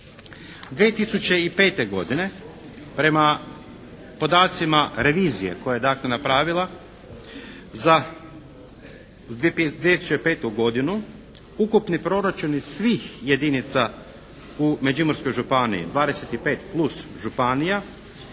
2005. godine prema podacima revizije koja je dakle napravila za 2005. godinu ukupni proračuni svih jedinica u Međimurskoj županiji, 25 plus županija